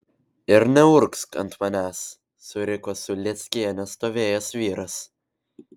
ir neurgzk ant manęs suriko su lėckiene stovėjęs vyras